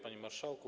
Panie Marszałku!